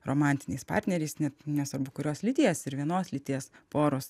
romantiniais partneriais net nesvarbu kurios lyties ir vienos lyties poros